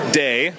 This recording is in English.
day